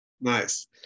Nice